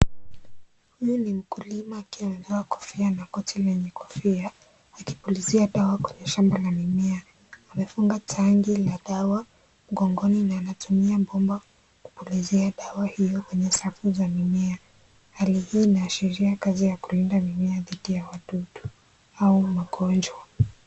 Huyu ni mkulima akiwa amevaa kofia na koti lenye kofia, akipulizia dawa kwenye shamba la mimea. Amefunga tanki la dawa mgongoni na anatumia bomba kupulizia dawa hiyo kwenye safu za mimea. Hali hii inaashiria kazi ya kulinda mimea dhidi ya wadudu au magonjwa.